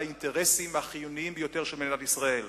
האינטרסים החיוניים ביותר של מדינת ישראל.